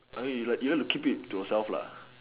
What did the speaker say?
I mean you like you like to keep it to yourself lah